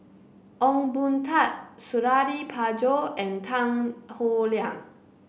Ong Boon Tat Suradi Parjo and Tan Howe Liang